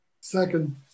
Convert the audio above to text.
second